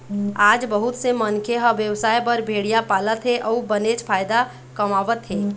आज बहुत से मनखे ह बेवसाय बर भेड़िया पालत हे अउ बनेच फायदा कमावत हे